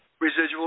residual